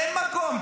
אין מקום,